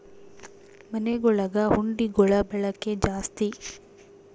ಮನೆಗುಳಗ ಹುಂಡಿಗುಳ ಬಳಕೆ ಜಾಸ್ತಿ